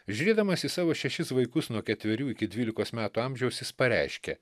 žiūrėdamas į savo šešis vaikus nuo ketverių iki dvylikos metų amžiaus jis pareiškė